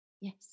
yes